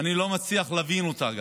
אני גם לא מצליח להבין אותן.